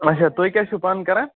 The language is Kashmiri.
اچھا تُہۍ کیٛاہ چھُ پانہٕ کَران